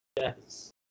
Yes